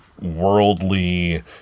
worldly